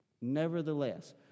Nevertheless